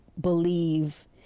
Believe